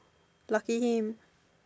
lucky him